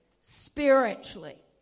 spiritually